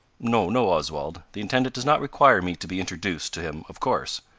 no, no, oswald the intendant does not require me to be introduced to him, of course.